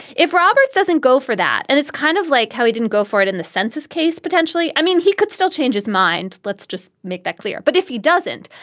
if roberts doesn't go for that and it's kind of like how he didn't go for it in the census case, potentially. i mean, he could still change his mind. let's just make that clear. but if he doesn't,